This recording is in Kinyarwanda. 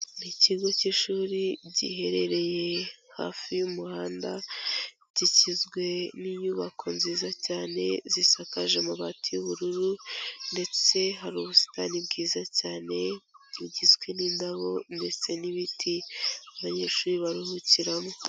Ikigo cy'ishuri giherereye hafi y'umuhanda kigizwe n'inyubako nziza cyane zisakaje amabati y'ubururu, ndetse hari ubusitani bwiza cyane bugizwe n'indabo ndetse n'ibiti abanyeshuri baruhukiramo.